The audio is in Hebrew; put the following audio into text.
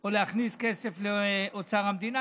או להכניס כסף לאוצר המדינה,